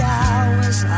hours